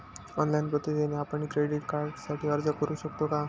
Online पद्धतीने आपण credit कार्डसाठी अर्ज करु शकतो का?